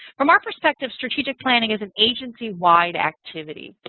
from our perspective strategic planning is an agency-wide activity.